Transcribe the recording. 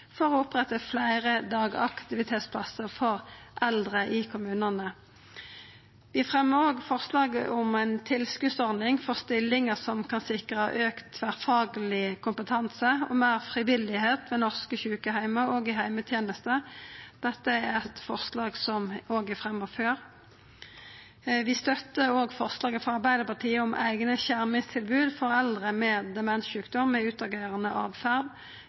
for å oppretta fleire dagaktivitetsplassar for eldre i kommunane. Vi fremjar òg forslag om ei tilskotsordning for stillingar som kan sikra auka tverrfagleg kompetanse og meir frivillig arbeid ved norske sjukeheimar og i heimetenesta. Dette er eit forslag som er fremja før. Vi støttar òg forslaget frå Arbeidarpartiet om eigne skjermingstilbod for eldre med demenssjukdom med utagerande